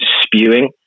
spewing